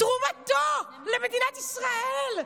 תרומתו למדינת ישראל,